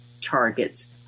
targets